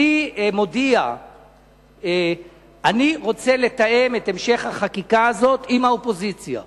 אני מודיע שאני רוצה לתאם את המשך החקיקה הזאת עם האופוזיציה.